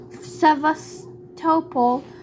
Sevastopol